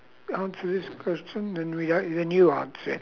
answer this question then we a~ then you answer it